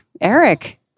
Eric